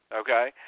okay